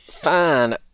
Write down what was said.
fine